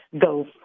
go